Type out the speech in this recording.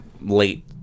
late